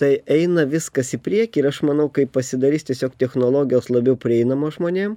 tai eina viskas į priekį ir aš manau kai pasidarys tiesiog technologijos labiau prieinamos žmonėm